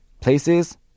places